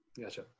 Gotcha